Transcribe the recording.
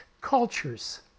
cultures